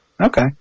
Okay